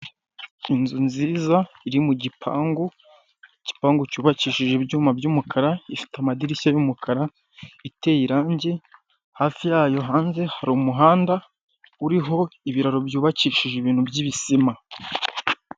Inzu nziza iri mu gipangu igipangu cyubakishije ibyuma by'umukara, ifite amadirishya y'umukara, iteye irangi hafi yayo hanze hari umuhanda uriho ibiraro byubakishije ibintu by'ibisima.